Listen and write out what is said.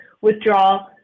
withdraw